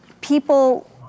people